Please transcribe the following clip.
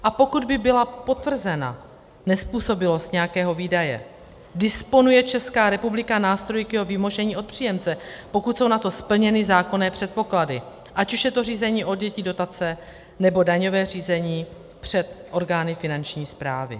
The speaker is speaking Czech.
A pokud by byla potvrzena nezpůsobilost nějakého výdaje, disponuje Česká republika nástroji k jeho vymožení od příjemce, pokud jsou na to splněny zákonné předpoklady, ať už je to řízení odnětí dotace, nebo daňové řízení před orgány Finanční správy.